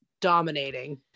dominating